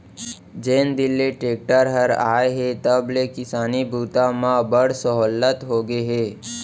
जेन दिन ले टेक्टर हर आए हे तब ले किसानी बूता म बड़ सहोल्लत होगे हे